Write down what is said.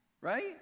Right